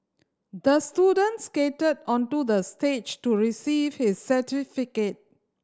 the student skated onto the stage to receive his certificate